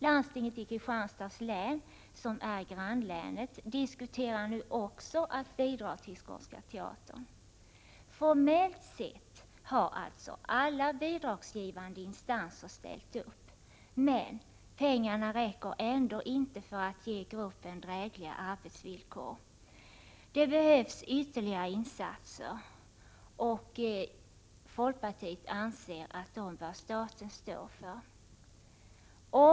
Landstinget i Kristianstads län, som är grannlänet, för också diskussioner om att ge bidrag till Skånska teatern. Formellt sett har alltså alla bidragsgivande instanser ställt upp. Men pengarna räcker ändå inte för att ge gruppen drägliga arbetsvillkor. Det behövs ytterligare insatser, och folkpartiet anser att staten bör stå för dessa.